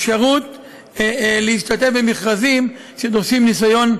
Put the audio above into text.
אפשרות להשתתף במכרזים שדורשים ניסיון ניהולי.